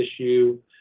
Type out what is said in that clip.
issue